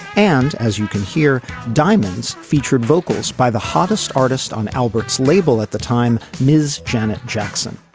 and as you can hear diamonds featured vocals by the hottest artist on albert's label at the time mrs. janet jackson.